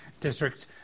district